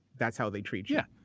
that's how they treat you. yeah.